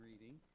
reading